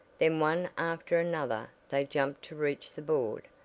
then one after another they jumped to reach the board,